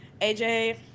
AJ